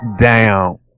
down